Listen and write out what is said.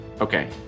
Okay